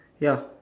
ya